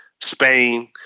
Spain